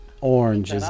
Orange